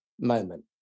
moment